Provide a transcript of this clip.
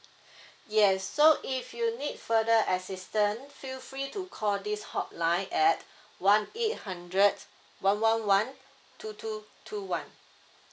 yes so if you need further assistant feel free to call this hotline at one eight hundred one one one two two two one